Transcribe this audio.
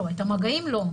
את המגעים לא.